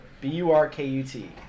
B-U-R-K-U-T